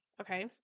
okay